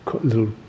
little